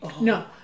No